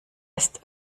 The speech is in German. ist